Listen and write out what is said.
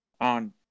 on